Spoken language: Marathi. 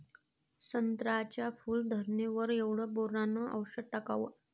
संत्र्याच्या फूल धरणे वर केवढं बोरोंन औषध टाकावं?